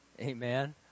Amen